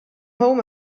home